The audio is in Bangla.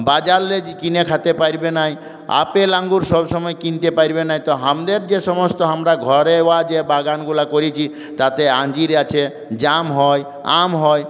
বাজার কিনে খাতে পারবে না আপেল আঙ্গুর সব সময় কিনতে পারবে না তো আমাদের যে সমস্ত আমরা ঘরে বা যে বাগানগুলা করেছি তাতে আঞ্জির আছে জাম হয় আম হয়